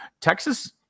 texas